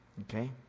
okay